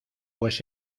pues